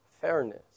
fairness